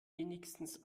wenigstens